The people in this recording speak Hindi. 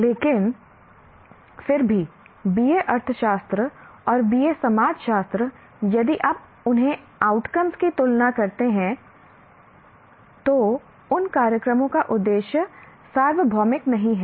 लेकिन फिर भी BA अर्थशास्त्र और BA समाजशास्त्र यदि आप उन्हें आउटकम्स की तुलना करते हैं तो उन कार्यक्रमों का उद्देश्य सार्वभौमिक नहीं है